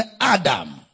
adam